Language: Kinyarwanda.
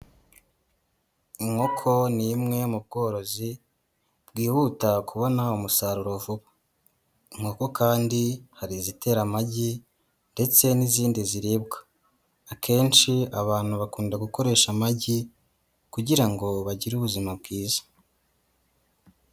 Inkoko ni imwe mu bworozi bwihuta kubona umusaruro vuba, inkoko kandi hari izitera amagi ndetse n'izindi ziribwa, akenshi abantu bakunda gukoresha amagi kugira ngo bagire ubuzima bwiza.